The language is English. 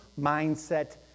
mindset